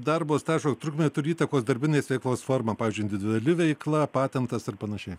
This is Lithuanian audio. darbo stažo trukmė turi įtakos darbinės veiklos forma pavyzdžiui individuali veikla patentas ir panašiai